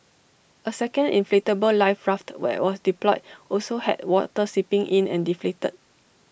A second inflatable life raft where was deployed also had water seeping in and deflated